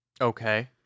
Okay